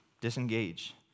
disengage